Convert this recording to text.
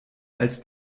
als